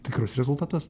tikrus rezultatus